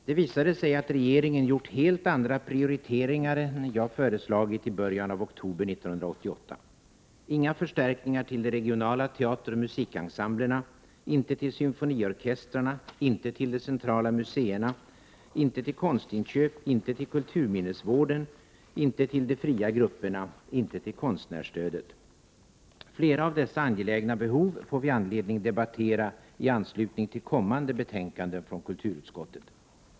Det visade sig att regeringen gjort helt andra prioriteringar än dem som jag föreslog i början av oktober 1988. Inga förstärkningar till de regionala teateroch musikensemblerna, inte till symfoniorkestrarna, inte till de centrala museerna, inte till konstinköp, inte till kulturminnesvården, inte till de fria grupperna, inte till konstnärsstödet. Flera av dessa angelägna behov får vi anledning debattera i anslutning till kommande betänkanden från kulturutskottet.